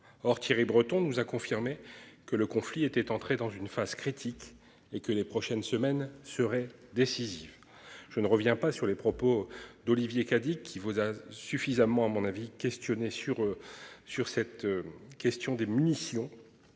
Or, Thierry Breton, nous a confirmé que le conflit était entré dans une phase critique et que les prochaines semaines seraient décisives. Je ne reviens pas sur les propos d'Olivier Cadic, qui vous a suffisamment, à mon avis. Questionné sur. Sur cette question des munitions.